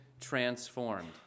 transformed